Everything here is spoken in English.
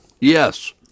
Yes